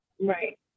Right